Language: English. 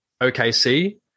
OKC